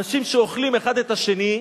אנשים שאוכלים האחד את השני,